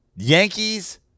Yankees